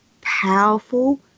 powerful